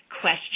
Question